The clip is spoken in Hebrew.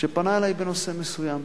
שפנה אלי בנושא מסוים.